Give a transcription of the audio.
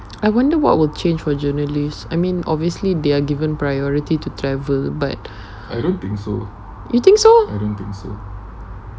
I wonder what will change for journalists I mean obviously they are given priority to travel but you think so